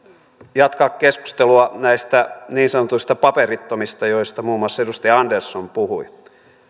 jatkaa keskustelua näistä niin sanotuista paperittomista joista muun muassa edustaja andersson puhui